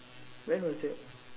when was that